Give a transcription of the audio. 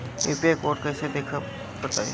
UPI code कैसे देखब बताई?